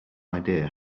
idea